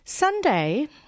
Sunday